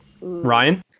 Ryan